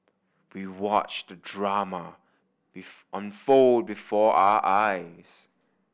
we watched the drama unfold before our eyes